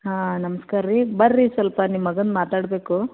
ಹಾಂ ನಮ್ಸ್ಕಾರ ರೀ ಬನ್ರಿ ಸ್ವಲ್ಪ ನಿಮ್ಮ ಮಗಂದ್ ಮಾತಾಡಬೇಕು